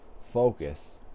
focus